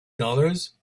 dollars